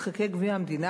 משחקי גביע המדינה,